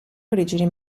origini